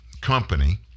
company